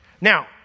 Now